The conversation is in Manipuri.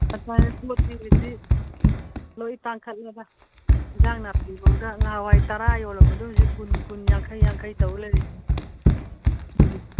ꯂꯣꯏ ꯇꯥꯡꯈꯠꯂꯦꯗ ꯌꯦꯟꯁꯥꯡ ꯅꯥꯄꯤꯐꯥꯎꯗ ꯅꯥꯍꯥꯟꯋꯥꯏ ꯇꯔꯥ ꯌꯣꯜꯂꯝꯕꯗꯣ ꯍꯧꯖꯤꯛꯇꯤ ꯀꯨꯟ ꯀꯨꯟ ꯌꯥꯡꯈꯩ ꯌꯥꯡꯈꯩ ꯇꯧ ꯂꯩꯔꯤꯁꯤꯅꯤ ꯎꯝ